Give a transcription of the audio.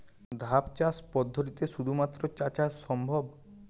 ধাপ চাষ পদ্ধতিতে শুধুমাত্র চা চাষ সম্ভব?